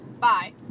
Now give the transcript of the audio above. bye